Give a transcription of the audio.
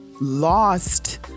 lost